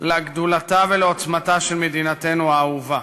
לגדולתה ולעוצמתה של מדינתנו האהובה.